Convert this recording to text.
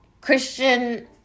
Christian